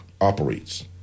operates